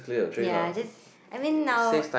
ya just I mean now